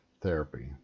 therapy